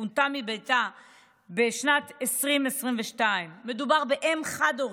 שפונתה מביתה בשנת 2022. מדובר באם חד-הורית,